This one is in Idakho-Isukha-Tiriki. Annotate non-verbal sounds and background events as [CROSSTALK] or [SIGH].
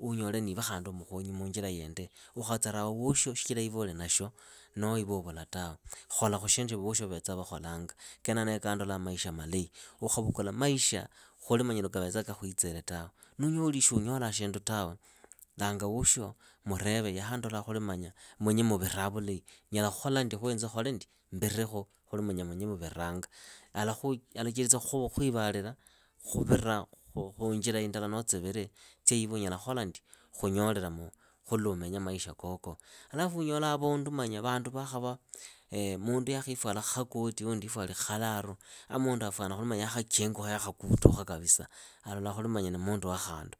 iwe khandi umukhonyi muunjira yindi. Ukhatsarawa vosho shichira iwe uli nasho noho uvula tawe, kholakhu shindu shya vosho vavetsa vakholanga. Kenako nee kaamdolaa maisha malahi, ukhavukula maisha khuli lwa kavetsaa kakhuitsile tawe. Nunyoli unyola shindu tawe langa wosho umurevee yaha ndola khuli munye muviraa vulahi, nyala khola ndi khuinze mburekhu khuli munye muviranga. Alachelitsa khuivalila khuvira khunjila indala noo tsivili tsya iwe unyala khunyolelamu khuli luu nyala khumenya maisha koko. Alafu unyola avundu [HESITATION] mundu yakhifuala khakoti wundi yifuali khalaro a munduoyo afuana khuli yakhachingukha yakhakutukha kapisa. Alolaa khuli manya ni mundu wa khandu.